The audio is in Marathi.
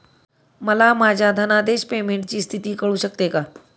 मला माझ्या धनादेश पेमेंटची स्थिती कळू शकते का?